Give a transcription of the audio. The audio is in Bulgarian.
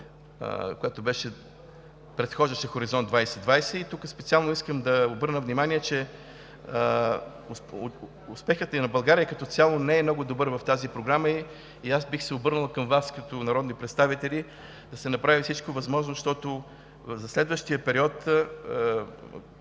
която предхождаше „Хоризонт 2020“. Тук специално искам да обърна внимание, че успехът на България като цяло не е много добър в тази програма и бих се обърнал към Вас, като народни представители, да се направи всичко възможно, щото за следващия